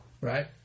right